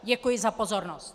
Děkuji za pozornost.